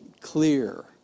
clear